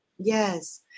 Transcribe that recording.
Yes